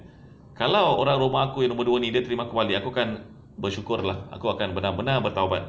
kalau orang rumah aku yang nombor dua ni dia terima aku balik aku akan bersyukur lah aku akan benar-benar bertaubat